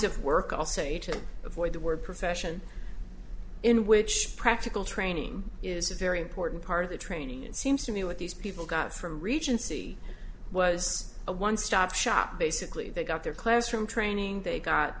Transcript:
of work i'll say to avoid the word profession in which practical training is a very important part of the training it seems to me what these people got from regency was a one stop shop basically they got their classroom training they got